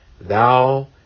Thou